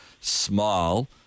smile